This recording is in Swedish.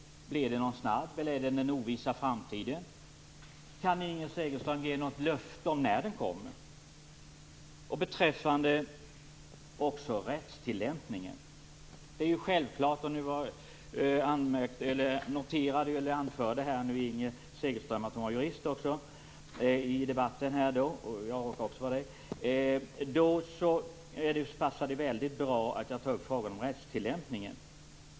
Blir den snabb, eller ligger den i den ovissa framtiden? Kan Inger Segelström ge ett löfte när den kommer? Vidare är det rättstillämpningen. Nu anförde Inger Segelström att hon är jurist. Jag råkar också vara det. Då passar det bra att jag tar upp frågan om rättstillämpningen.